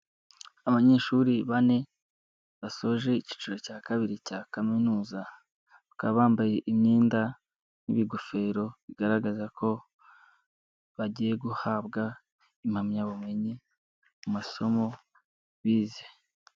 Abanyeshuri bane basoje icyiciro cya kabiri cya kaminuza bakaba bambaye imyenda n'ibigofero bigaragaza ko bagiye guhabwa impamyabumenyi mu masomo bize.